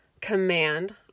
command